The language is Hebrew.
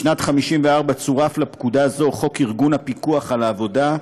בשנת 1954 צורף לפקודה הזאת חוק ארגון הפיקוח על העבודה,